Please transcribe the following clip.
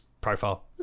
profile